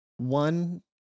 One